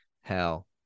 hell